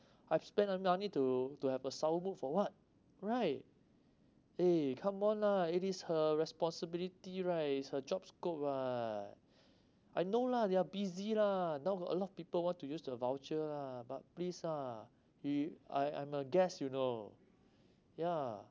I've spent mo~ money to to have a sour mood for what right eh come on lah it is her responsibility right it's her job scope ah I know lah they are busy lah now got a lot of people want to use the voucher lah but please lah you you I I'm a guest you know ya